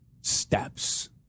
steps